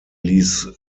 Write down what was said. ließ